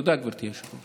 תודה, גברתי היושבת-ראש.